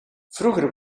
vroeger